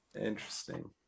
interesting